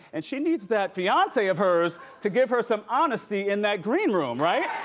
and she needs that fiance of hers to give her some honesty in that green room, right?